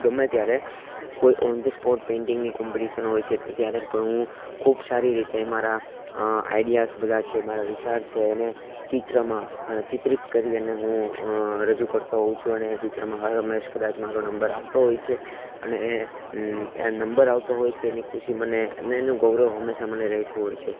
ગમે ત્યારે કોઈ ઓન ધ સ્પોટ પેઇન્ટિંગની કોમ્પિટિશન હોય છે તો ત્યારે પણ હું ખૂબ સારી રીતે મારા આઇડીયાસ બધા છે મારા વિચાર છે એને ચિત્રમાં ચિત્રિત કરી અને હું રજૂ કરતો હોઉં છું અને એ ચિત્રમાં હર હંમેશ કદાચ મારો નંબર આવતો હોય છે અને એ નંબર આવતો હોય છે એની ખુશી મને અને એનું ગૌરવ હંમેશા મને રહેતું હોય છે